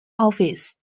office